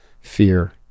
fear